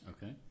Okay